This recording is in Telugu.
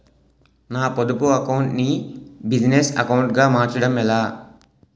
నా పొదుపు అకౌంట్ నీ బిజినెస్ అకౌంట్ గా మార్చడం ఎలా?